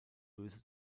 böse